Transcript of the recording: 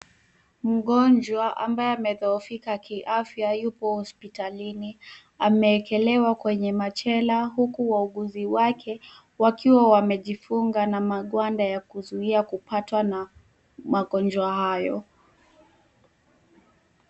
Mgonjwa ambaye amedhohofika kiafya yupo hospitalini. Ameekelewa kwenye machela, huku wauguzi wake wakiwa wamejifunga na magwanda ya kuzuia kupatwa na magonjwa hayo.